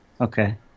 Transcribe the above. Okay